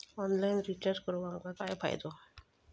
Online recharge करून आमका काय फायदो?